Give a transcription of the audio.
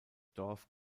dorf